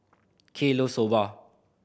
Kay loves Soba